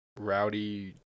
rowdy